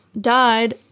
died